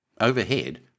Overhead